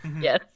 Yes